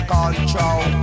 control